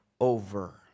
over